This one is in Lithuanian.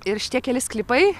ir šitie keli sklypai